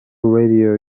radio